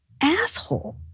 asshole